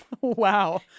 Wow